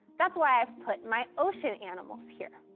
that's why i've put my ocean animals here.